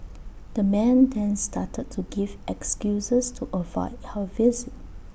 the man then started to give excuses to avoid her visit